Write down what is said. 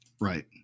Right